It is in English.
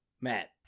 Matt